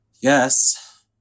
Yes